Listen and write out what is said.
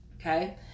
Okay